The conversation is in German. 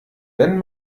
wenn